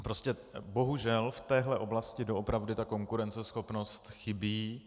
Prostě bohužel v téhle oblasti doopravdy platová konkurenceschopnost chybí.